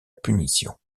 punition